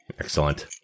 Excellent